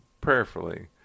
prayerfully